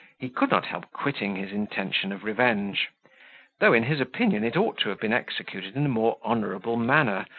he could not help quitting his intention of revenge though, in his opinion, it ought to have been executed in a more honourable manner,